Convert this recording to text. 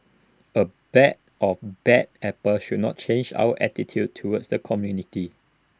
A bag of bad apples should not change our attitude towards the community